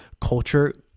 culture